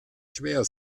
schwer